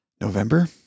November